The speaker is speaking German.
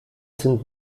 sind